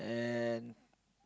and